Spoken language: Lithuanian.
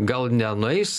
gal nenueis